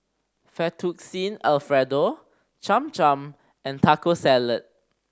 Fettuccine Alfredo Cham Cham and Taco Salad